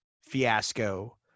fiasco